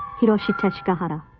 hiroshi teshigahara.